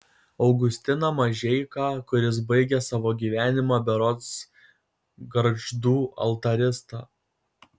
augustiną mažeiką kuris baigė savo gyvenimą berods gargždų altarista